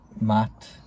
Matt